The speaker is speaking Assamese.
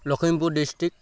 লখিমপুৰ ডিষ্ট্ৰিক্